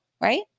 right